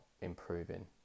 improving